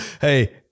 Hey